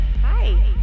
Hi